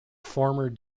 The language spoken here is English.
former